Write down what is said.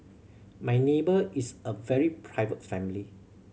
my neighbour is a very private family